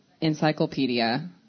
encyclopedia